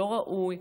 לא ראוי,